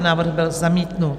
Návrh byl zamítnut.